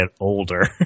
older